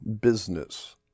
business